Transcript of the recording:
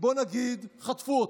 בואו נגיד שחטפו אותו,